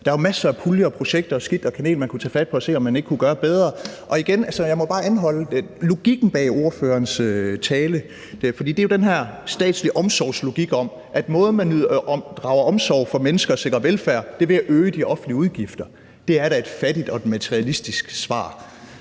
Der er jo masser af puljer og projekter og skidt og kanel, man kunne tage fat på og se, om man ikke kunne gøre det bedre. Og igen: Jeg må bare anholde logikken bag ordførerens tale, for det er jo den her statslige omsorgslogik om, at måden, man drager omsorg for mennesker på og sikrer velfærd, er ved at øge de offentlige udgifter. Det er da et fattigt og et materialistisk svar.